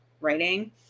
writing